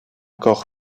corps